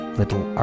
little